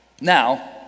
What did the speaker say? Now